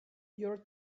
your